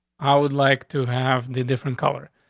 i would like to have the different color.